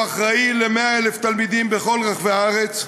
והוא אחראי ל-100,000 תלמידים בכל רחבי הארץ,